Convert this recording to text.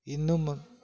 இன்னும்